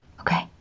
Okay